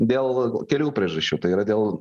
dėl kelių priežasčių tai yra dėl